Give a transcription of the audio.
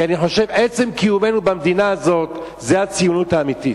כי אני חושב שעצם קיומנו במדינה הזאת זה הציונות האמיתית.